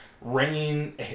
rain